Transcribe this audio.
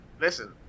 Listen